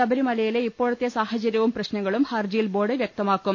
ശബ രിമലയിലെ ഇപ്പോഴത്തെ സാഹചര്യവും പ്രശ്നങ്ങളും ഹർജി യിൽ ബോർഡ് വ്യക്തമാക്കും